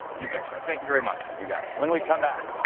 you bet, chuck. thank you very much. you got it. when we come back,